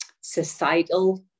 societal